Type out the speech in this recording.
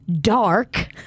Dark